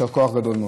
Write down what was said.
יישר כוח גדול מאוד.